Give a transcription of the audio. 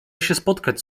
spotkać